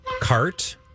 cart